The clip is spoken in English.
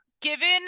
given